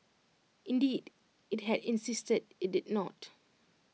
indeed IT had insisted IT did not